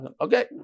Okay